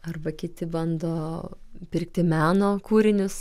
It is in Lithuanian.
arba kiti bando pirkti meno kūrinius